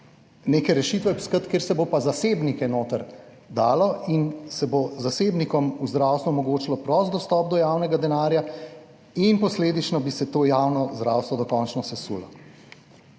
neke rešitve iskati, kjer se bo pa zasebnike noter dalo in se bo zasebnikom v zdravstvu omogočilo prost dostop do javnega denarja in posledično bi se to javno zdravstvo dokončno sesulo.